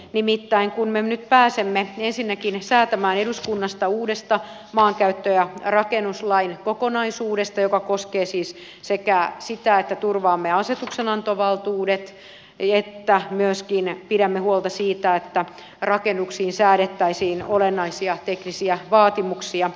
nimittäin me nyt pääsemme ensinnäkin säätämään eduskunnassa uudesta maankäyttö ja rakennuslain kokonaisuudesta joka koskee siis sekä sitä että turvaamme asetuksenantovaltuuden että myöskin pidämme huolta siitä että rakennuksiin säädettäisiin olennaisia teknisiä vaatimuksia